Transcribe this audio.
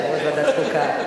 יושב-ראש ועדת חוקה.